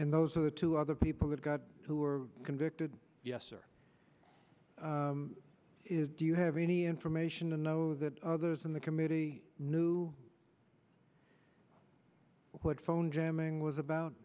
and those are the two other people have got who are convicted yes or no is do you have any information to know that others in the committee knew what phone jamming was about